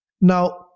Now